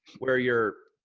where you're,